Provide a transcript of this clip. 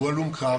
הוא הלום קרב